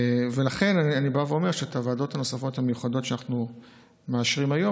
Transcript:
לכן אני בא ואומר שאת הוועדות המיוחדות הנוספות שאנחנו מאשרים היום,